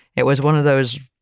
it was one of those,